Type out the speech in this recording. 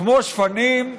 כמו שפנים,